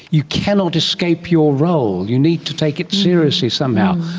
you cannot escape your role, you need to take it seriously somehow.